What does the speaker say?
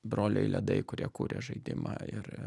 broliai ledai kurie kūrė žaidimą ir